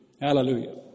Hallelujah